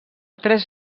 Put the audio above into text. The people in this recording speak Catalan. tres